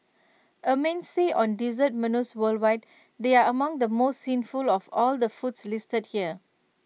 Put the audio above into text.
A mainstay on dessert menus worldwide they are among the most sinful of all the foods listed here